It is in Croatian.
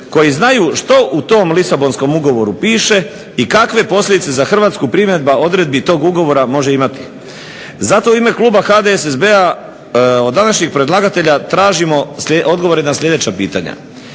koji znaju što u tom Lisabonskom ugovoru piše i kakve posljedice za Hrvatsku primjena odredbi tog ugovora može imati. Zato u ime kluba HDSSB-a od današnjih predlagatelja tražimo odgovore na sljedeća pitanja.